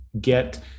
get